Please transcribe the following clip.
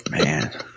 man